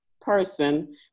person